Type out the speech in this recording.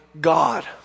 God